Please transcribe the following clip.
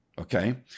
okay